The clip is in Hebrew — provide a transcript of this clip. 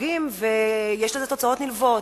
ויש לזה תוצאות נלוות,